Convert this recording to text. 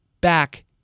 back